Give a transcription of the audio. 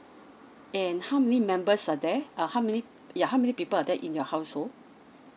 and how many members are there uh how many ya how many people are there in your household